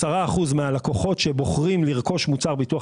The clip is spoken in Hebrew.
10% מהלקוחות שבוחרים לרכוש מוצר ביטוח